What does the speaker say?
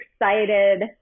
excited